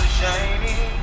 shining